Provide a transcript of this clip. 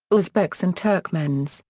uzbeks and turkmens,